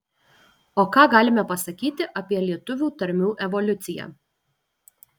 o ką galime pasakyti apie lietuvių tarmių evoliuciją